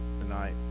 tonight